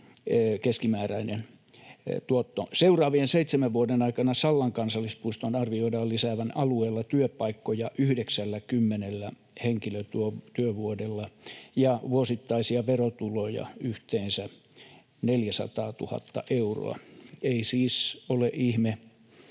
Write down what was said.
euroa aluetaloudelle. Seuraavien seitsemän vuoden aikana Sallan kansallispuiston arvioidaan lisäävän alueella työpaikkoja 90 henkilötyövuodella ja vuosittaisia verotuloja yhteensä 400 000 euroa. Ei siis ole ihme,